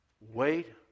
wait